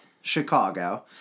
Chicago